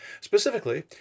Specifically